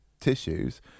tissues